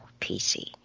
PC